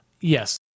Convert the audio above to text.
Yes